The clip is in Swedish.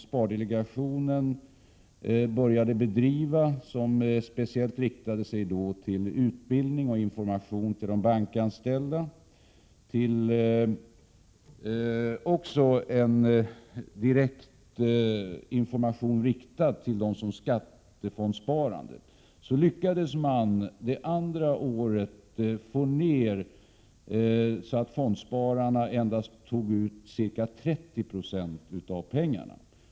Spardelegationen började bedriva en informationsverksamhet som speciellt inriktades på utbildning och information till de bankanställda och till en direktinformation till dem som skattefondssparat. På detta sätt lyckades man under det andra året med att förmå fondspararna att endast ta ut ca 30 26 av de innestående pengarna.